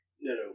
No